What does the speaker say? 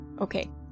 okay